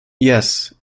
yes